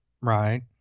Right